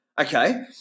okay